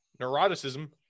neuroticism